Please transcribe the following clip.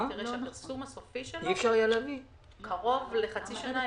תראה שהפרסום הסופי שלו קרוב לחצי שנה,